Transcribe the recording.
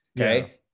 Okay